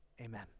Amen